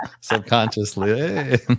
subconsciously